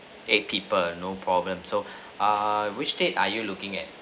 eight people no problem so uh which date are you looking at